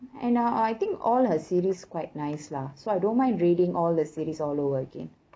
and uh I think all her series quite nice lah so I don't mind reading all the series all over again